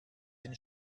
den